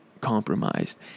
compromised